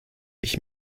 ich